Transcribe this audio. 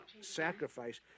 sacrifice